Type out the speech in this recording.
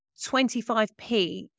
25p